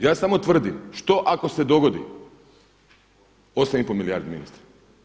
Ja samo tvrdim, što amo se dogodi 8 i pol milijardi, ministre?